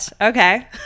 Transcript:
Okay